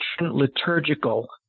Liturgical